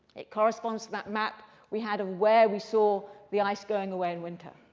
it corresponds to that map we had of where we saw the ice going away in winter.